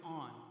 on